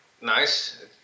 nice